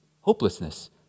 Hopelessness